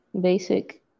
basic